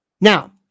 Now